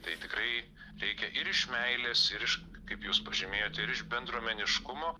tai tikrai reikia ir iš meilės ir iš kaip jūs pažymėjot ir iš bendruomeniškumo